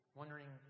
wondering